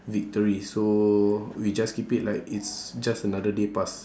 victories so we just keep it like it's just another day passed